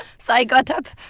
so i got up.